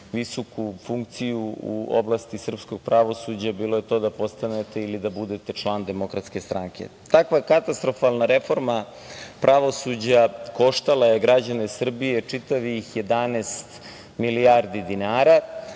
visoku funkciju u oblasti srpskog pravosuđa bilo je to da postanete ili da budete član DS.Takva katastrofalna reforma pravosuđa koštala je građane Srbije čitavih 11 milijardi dinara.